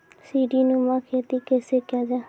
सीडीनुमा खेती कैसे किया जाय?